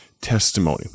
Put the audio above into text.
testimony